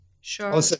Sure